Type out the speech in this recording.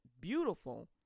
beautiful